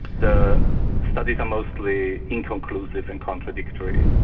the studies are mostly inconclusive and contradictory.